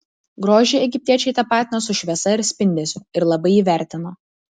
grožį egiptiečiai tapatino su šviesa ir spindesiu ir labai jį vertino